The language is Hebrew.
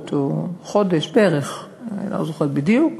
שבועות או חודש בערך, אני לא זוכרת בדיוק,